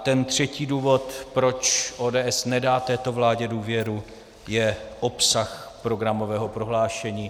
Ten třetí důvod, proč ODS nedá této vládě důvěru, je obsah programového prohlášení.